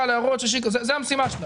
זו המשימה שלה,